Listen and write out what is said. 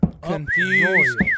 confused